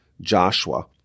Joshua